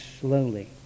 slowly